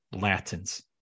latins